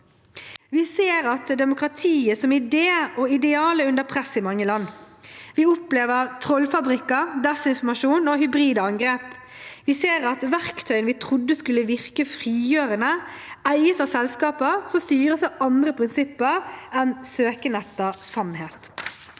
Vi ser at demokratiet som idé og ideal er under press i mange land. Vi opplever trollfabrikker, desinformasjon og hybride angrep. Vi ser at verktøyene vi trodde skulle virke frigjørende, eies av selskaper som styres av andre prinsipper enn søken etter sannhet.